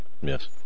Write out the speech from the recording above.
Yes